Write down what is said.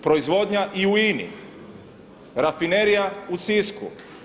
Proizvodnja i u INA-i, Rafinerija u Sisku.